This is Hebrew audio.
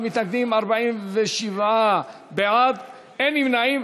61 מתנגדים, 47 בעד, אין נמנעים.